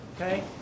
Okay